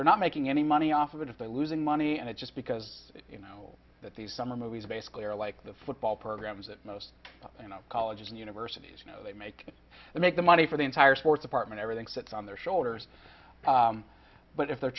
they're not making any money off of it if they're losing money and it's just because you know that these summer movies basically are like the football programs that most colleges and universities know they make and make the money for the entire sport department everything sits on their shoulders but if they're